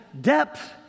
depth